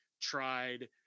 tried